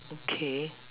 okay